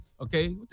Okay